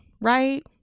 Right